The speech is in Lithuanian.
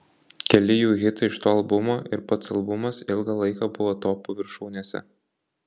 keli jų hitai iš to albumo ir pats albumas ilgą laiką buvo topų viršūnėse